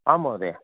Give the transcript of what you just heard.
आं महोदया